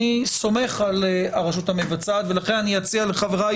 אני סומך על הרשות המבצעת ולכן אני אציע לחבריי